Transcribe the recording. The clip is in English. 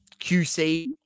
QC